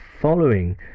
following